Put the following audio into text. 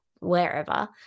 wherever